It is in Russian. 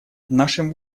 нашим